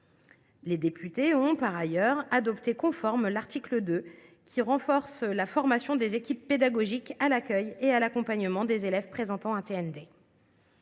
Les députés ont adopté conforme l’article 2, qui renforce la formation des équipes pédagogiques à l’accueil et à l’accompagnement des élèves présentant un TND.